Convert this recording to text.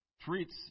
treats